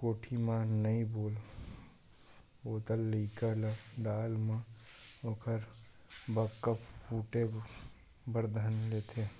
कोठी म नइ बोलत लइका ल डाले म ओखर बक्का फूटे बर धर लेथे